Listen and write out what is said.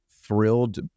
thrilled